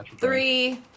Three